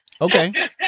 Okay